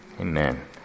Amen